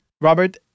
Robert